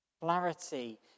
clarity